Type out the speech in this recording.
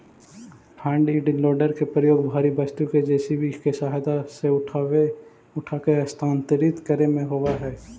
front end loader के प्रयोग भारी वस्तु के जे.सी.बी के सहायता से उठाके स्थानांतरित करे में होवऽ हई